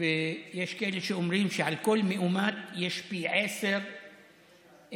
ויש כאלה שאומרים שעל כל מאומת יש פי-עשרה א-סימפטומטיים.